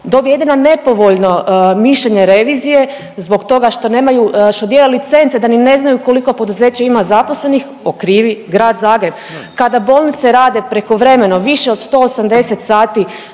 dobije jedina nepovoljno mišljenje revizije zbog toga što nemaju, što dijeli licence, da ni ne znaju koliko poduzeće ima zaposlenih, okrivi Grad Zagreb. Kada bolnice rade prekovremeno više od 180 sati